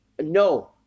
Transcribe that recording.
No